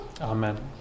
Amen